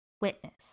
witness